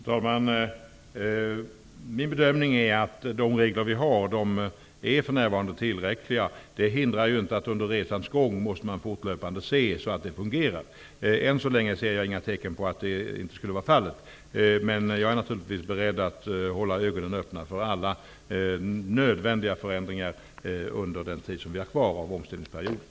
Fru talman! Min bedömning är att de regler vi har för närvarande är tillräckliga. Det hindrar inte att man under resans gång fortlöpande måste se att det hela fungerar. Än så länge ser jag inga tecken på att det inte skulle vara fallet. Jag är naturligtvis beredd att hålla ögonen öppna för alla nödvändiga förändringar under den tid vi har kvar av omställningsperioden.